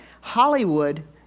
Hollywood